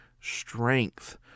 strength